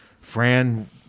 Fran